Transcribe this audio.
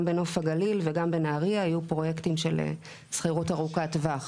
גם בנוף הגליל וגם בנהריה יהיו פרויקטים של שכירות ארוכת טווח.